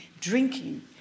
drinking